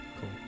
Cool